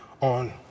on